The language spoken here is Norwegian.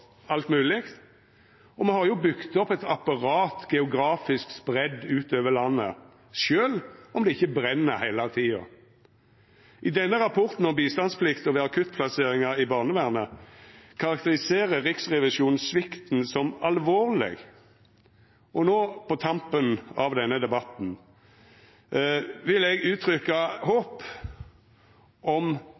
alt mogleg. Og me har jo bygt opp eit apparat geografisk spreidd utover landet, sjølv om det ikkje brenn heile tida. I denne rapporten om bistandsplikta ved akuttplasseringar i barnevernet karakteriserer Riksrevisjonen svikten som alvorleg, og no på tampen av denne debatten vil eg uttrykkja håp om